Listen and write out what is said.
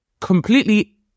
completely